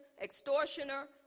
extortioner